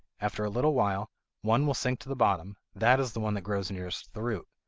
after a little while one will sink to the bottom that is the one that grows nearest the root.